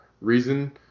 reason